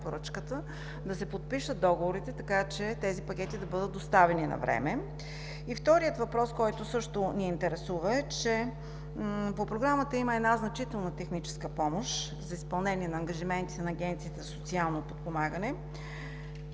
да се подпишат договорите, така че тези пакети да бъдат доставени навреме? Вторият въпрос, който също ни интересува е, че по Програмата има една значителна техническа помощ за изпълнение на ангажиментите на Агенцията за социално подпомагане.